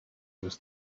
was